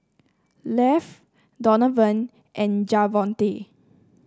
Leif Donavon and Javonte